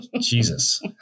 Jesus